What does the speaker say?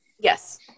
Yes